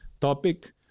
topic